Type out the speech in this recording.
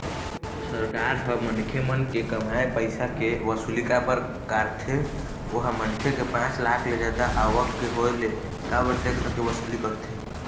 सरकार ह मनखे मन के कमाए पइसा के वसूली काबर कारथे ओहा मनखे के पाँच लाख ले जादा आवक के होय ले काबर टेक्स के वसूली करथे?